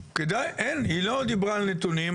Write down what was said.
כי די, אין, היא לא דיברה על נתונים.